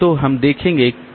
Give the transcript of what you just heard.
तो हम देखेंगे कि